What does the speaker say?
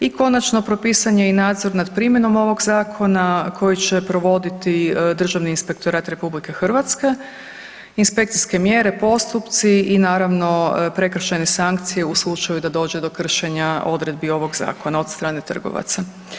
I konačno, propisan je i nadzor nad primjenom ovog Zakona koji će provoditi Državni inspektorat RH, inspekcijske mjere, postupci i naravno prekršajne sankcije u slučaju da dođe do kršenja odredbi ovog Zakona od strane trgovaca.